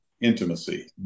intimacy